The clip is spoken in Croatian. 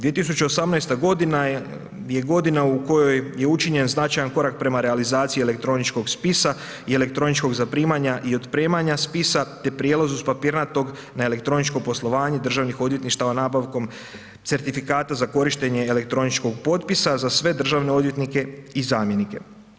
2018. godina je godina u kojoj je učinjen značajan korak prema realizaciji elektroničkog spisa i elektroničkog zaprimanja i otpremanja spisa te prijelaz iz papirnatog na elektroničko poslovanje državnih odvjetništava nabavkom certifikata za korištene elektroničkog potpisa za sve državne odvjetnike i zamjenike.